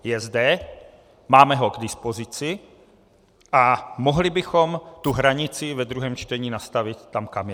Je zde, máme ho k dispozici a mohli bychom tu hranici ve druhém čtení nastavit tam, kam je.